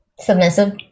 submissive